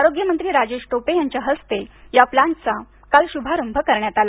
आरोग्यमंत्री राजेश टोपे यांच्या हस्ते या प्लाँटचा काल शुभारंभ करण्यात आला